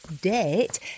date